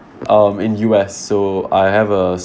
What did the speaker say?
um in U_S so I have a